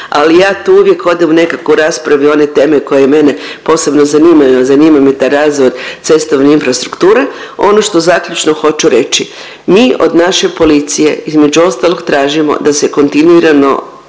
Ali ja tu uvijek nekako u raspravi u one teme koje mene posebno zanimaju, a zanima me taj razvoj cestovne infrastrukture. Ono što zaključno hoću reći, mi od naše policije između ostalog tražimo da se kontinuirano